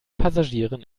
passagieren